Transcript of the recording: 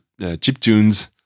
chiptunes